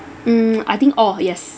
mm I think all yes